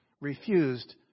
refused